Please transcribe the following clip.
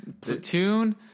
Platoon